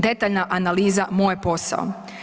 Detaljna analiza moj je posao.